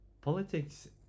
politics